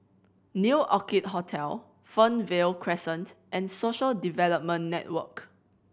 New Orchid Hotel Fernvale Crescent and Social Development Network